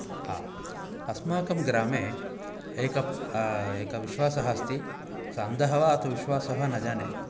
हा अस्माकं ग्रामे एक एकः विश्वासः अस्ति सः अन्धः अथवा विश्वासः न जाने